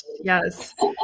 Yes